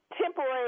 temporary